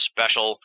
Special